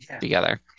together